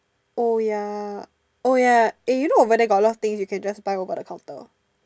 oh ya oh ya eh you know over there got a lot of things you can just buy over the counter